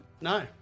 No